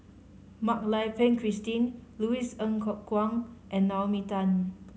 Mak Lai Peng Christine Louis Ng Kok Kwang and Naomi Tan